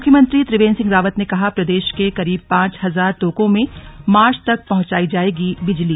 मुख्यमंत्री त्रिवेंद्र सिंह रावत ने कहा प्रदेश के करीब पांच हजार तोकों में मार्च तक पहंचाई जाएगी बिजली